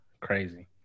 crazy